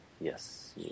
Yes